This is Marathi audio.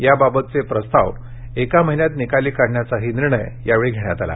याबाबतचे प्रस्ताव एका महिन्यात निकाली काढण्याचाही निर्णय यावेळी घेण्यात आला